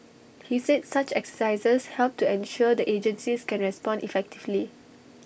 he said such exercises help to ensure the agencies can respond effectively